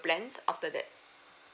plans after that